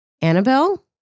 Annabelle